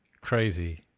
Crazy